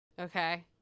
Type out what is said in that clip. Okay